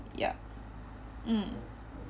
yup mm